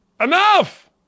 Enough